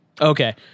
Okay